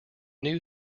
new